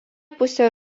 pusė